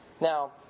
Now